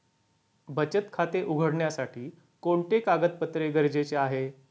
बचत खाते उघडण्यासाठी कोणते कागदपत्रे गरजेचे आहे?